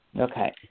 Okay